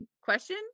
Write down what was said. question